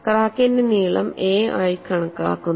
ക്രാക്കിന്റെ നീളം a ആയി കണക്കാക്കുന്നു